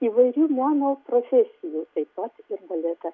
įvairių meno profesijų taip pat ir baletą